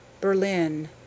berlin